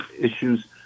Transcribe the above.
issues